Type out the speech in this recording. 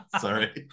sorry